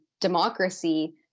democracy